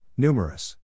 Numerous